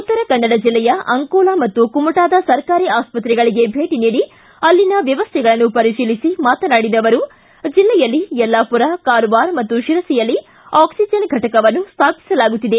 ಉತ್ತರಕನ್ನಡ ಜಿಲ್ಲೆಯ ಅಂಕೋಲಾ ಹಾಗೂ ಕುಮಟಾದ ಸರ್ಕಾರಿ ಆಸ್ಪತ್ರೆಗಳಿಗೆ ಭೇಟಿ ನೀಡಿ ಅಲ್ಲಿನ ವ್ಯವಸ್ಥೆಗಳನ್ನು ಪರಿಶೀಲಿಸಿ ಮಾತನಾಡಿದ ಅವರು ಜಿಲ್ಲೆಯಲ್ಲಿ ಯಲ್ಲಾಪುರ ಕಾರವಾರ ಹಾಗೂ ಶಿರಸಿಯಲ್ಲಿ ಆಕ್ಸಿಜನ್ ಘಟಕವನ್ನು ಸ್ಥಾಪಿಸಲಾಗುತ್ತಿದೆ